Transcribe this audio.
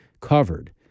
covered